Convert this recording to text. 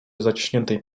zaciśniętej